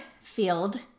field